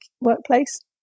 workplace